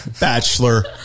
Bachelor